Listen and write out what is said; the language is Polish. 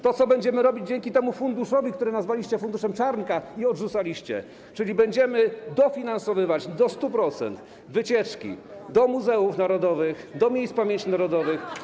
To, co będziemy robić dzięki temu funduszowi, który nazwaliście funduszem Czarnka i odrzucaliście - będziemy dofinansowywać do 100% wycieczki do muzeów narodowych, do miejsc pamięci narodowej.